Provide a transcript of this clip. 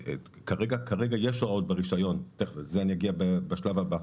כרגע יש הוראות ברישיון, לזה נגיע בשלב הבא